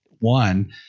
one